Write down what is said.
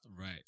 right